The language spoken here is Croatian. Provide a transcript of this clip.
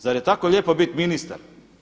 Zar je tako lijepo bit ministar?